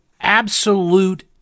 absolute